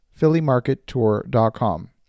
phillymarkettour.com